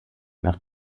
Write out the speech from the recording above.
nach